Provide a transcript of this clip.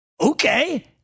okay